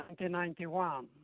1991